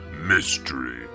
mystery